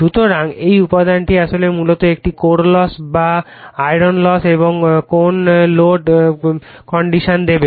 সুতরাং এই উপাদানটি আসলে মূলত এটি কোর লস বা আয়রন লস এবং কোন লোড কন্ডিশন দেবে